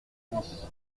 dit